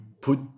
put